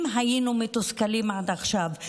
אם היינו מתוסכלים עד עכשיו,